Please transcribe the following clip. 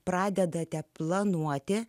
pradedate planuoti